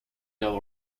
devil